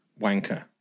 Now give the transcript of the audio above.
wanker